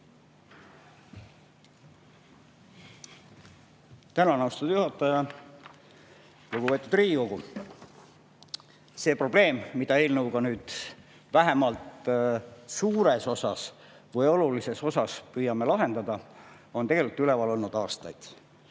Tänan, austatud juhataja! Lugupeetud Riigikogu! See probleem, mida me eelnõuga nüüd vähemalt suures osas või olulises osas püüame lahendada, on üleval olnud aastaid.